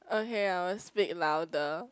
okay I will speak louder